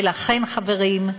ולכן, חברים,